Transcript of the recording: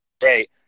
Great